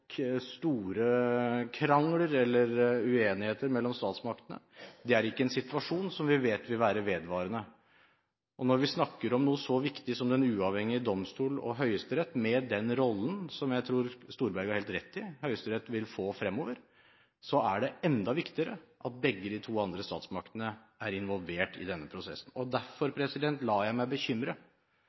store krangler eller uenigheter mellom statsmaktene. Det er ikke en situasjon som vi vet vil være vedvarende. Når vi snakker om noe så viktig som den uavhengige domstol og Høyesterett, med den rollen som jeg tror Storberget har helt rett i at Høyesterett vil få fremover, er det enda viktigere at begge de to andre statsmaktene er involvert i denne prosessen. Derfor lar jeg meg bekymre